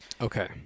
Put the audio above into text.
Okay